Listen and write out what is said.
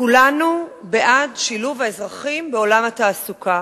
כולנו בעד שילוב האזרחים בעולם התעסוקה.